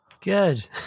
good